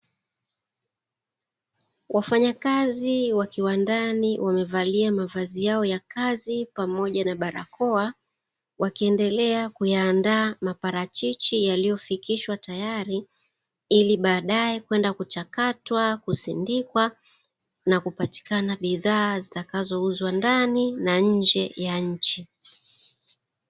Wafanyakazi wa kiwandani wamevalia mavazi yao ya kazi pamoja na barakoa, wakiendelea kuyaandaa maparachichi yaliyofikishwa tayari, ili baadaye kwenda kuchakatwa, kusindikwa na kupatikana bidhaa zitakazouzwa ndani na nje ya nchi.